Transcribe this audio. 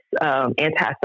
antisocial